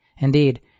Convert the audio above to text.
Indeed